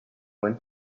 went